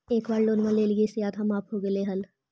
एक बार लोनवा लेलियै से आधा माफ हो गेले हल?